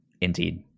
Indeed